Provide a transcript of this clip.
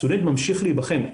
הסטודנט ממשיך להיבחן.